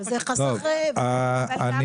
הדיון